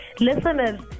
Listeners